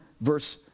verse